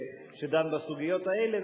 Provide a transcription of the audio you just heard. שדן בסוגיות האלה,